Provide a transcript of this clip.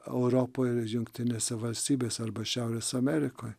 europoj ir jungtinėse valstybėse arba šiaurės amerikoj